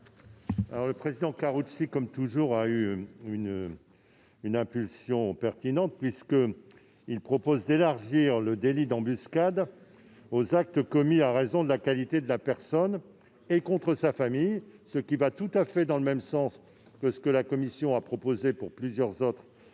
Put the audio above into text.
? M. Karoutchi, comme toujours, a eu une impulsion pertinente puisqu'il propose d'élargir le délit d'embuscade aux actes commis à raison de la qualité de la personne et contre sa famille. Cela va tout à fait dans le sens des propositions de la commission pour plusieurs autres